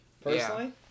Personally